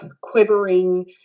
quivering